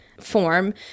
form